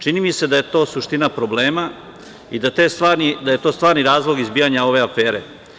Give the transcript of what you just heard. Čini mi se da je to suština problema i da je to stvari razlog izbijanja ove afere.